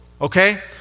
Okay